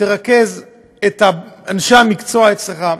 תרכז את אנשי המקצוע אצלך,